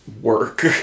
work